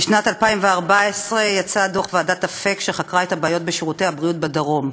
בשנת 2014 יצא דוח ועדת אפק שחקרה את הבעיות בשירותי הבריאות בדרום,